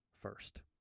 first